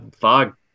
fog